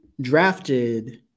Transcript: drafted